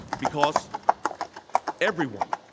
because everyone,